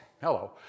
hello